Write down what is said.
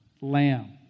lamb